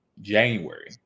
January